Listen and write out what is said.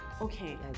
okay